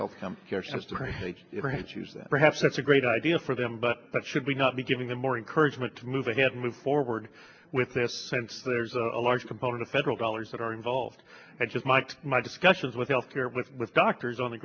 health care system choose that perhaps that's a great idea for them but that should not be giving them more encouragement to move ahead move forward with this since there's a large component of federal dollars that are involved and just like my discussions with health care with doctors on the